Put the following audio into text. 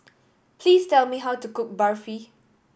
please tell me how to cook Barfi